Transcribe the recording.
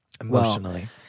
emotionally